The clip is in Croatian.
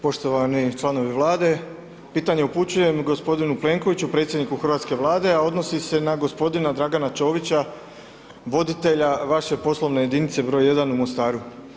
Poštovani članovi Vlade, pitanje upućujem g. Plenkoviću, predsjedniku hrvatske Vlade a odnosi se na g. Dragana Čovića, voditelja vaše poslovne jedinice broj 1 u Mostaru.